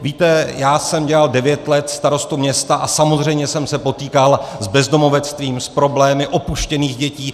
Víte, já jsem dělal devět let starostu města a samozřejmě jsem se potýkal s bezdomovectvím, s problémy opuštěných dětí.